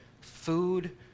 food